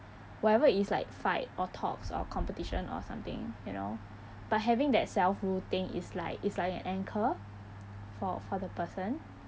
whatever it is like fight or talks or competition or something you know but having that self rule thing is like is like an anchor for for the person